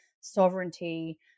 sovereignty